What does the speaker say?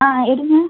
ஆ எடுங்க